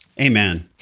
Amen